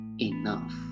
enough